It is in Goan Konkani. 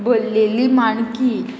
भरलेली माणकी